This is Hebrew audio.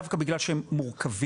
דווקא בגלל שהם מורכבים,